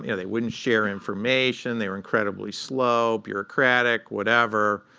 yeah they wouldn't share information. they were incredibly slow, bureaucratic, whatever.